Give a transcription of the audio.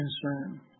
concern